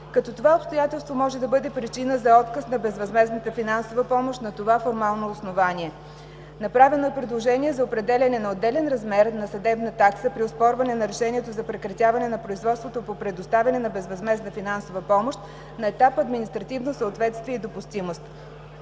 като това обстоятелство може да бъде причина за отказ на безвъзмездната финансова помощ на това формално основание. Направено е предложение за определяне на отделен размер на съдебна такса при оспорване на решението за прекратяване на производството по предоставяне на безвъзмездна финансова помощ на етап административно съответствие и допустимост.